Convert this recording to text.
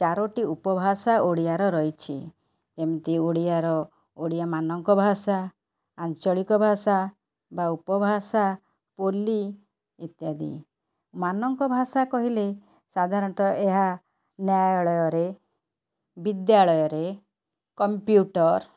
ଚାରୋଟି ଉପଭାଷା ଓଡ଼ିଆର ରହିଚି ଏମିତି ଓଡ଼ିଆର ଓଡ଼ିଆମାନଙ୍କ ଭାଷା ଆଞ୍ଚଳିକ ଭାଷା ବା ଉପଭାଷା ପଲ୍ଲୀ ଇତ୍ୟାଦି ମାନକ ଭାଷା କହିଲେ ସାଧାରଣତଃ ଏହା ନ୍ୟାୟାଳୟରେ ବିଦ୍ୟାଳୟରେ କମ୍ପ୍ୟୁଟର୍